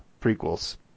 prequels